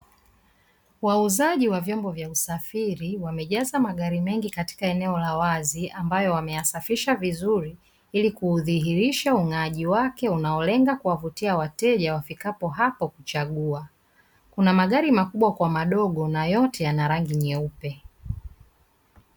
Wauzaji wa vyombo vya usafiri wamejaza magari mengi katika eneo la wazi ambayo wameyasafisha vizuri ili kudhihirisha ung'aaji wake unaolenga kuwa vutia wateja wafikapo hapo kuchagua, kuna mgari makubwa kwa madogo na yote yana rangi nyeupe.